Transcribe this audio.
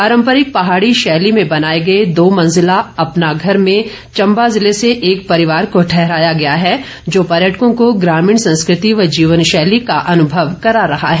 पारम्परिक पहाड़ी शैली में बनाए गए दो मंजिला अपना घर में चम्बा जिले से एक परिवार को ठहराया गया है जो पर्यटकों को ग्रामीण संस्कृति व जीवन शैली का अनुभव करा रहा है